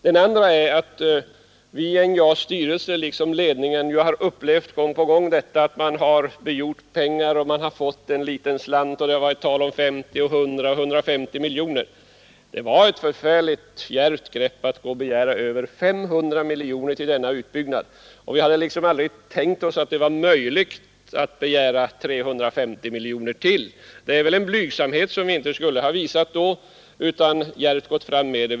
Den andra är att vi i NJA :s styrelse liksom ledningen gång på gång har upplevt att man — då man begärt pengar — endast har fått en liten slant; det har varit fråga om 50, 100 och 150 miljoner kronor. Det var ett förfärligt djärvt grepp att begära över 500 miljoner kronor till denna utbyggnad, och vi hade aldrig kunnat tänka oss att det var lönt att begära ytterligare 350 miljoner kronor. Vi borde väl inte ha visat en sådan blygsamhet då utan djärvt föreslagit anläggandet av detta koksverk.